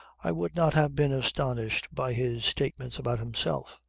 i would not have been astonished by his statements about himself.